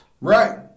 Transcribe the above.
Right